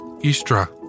Istra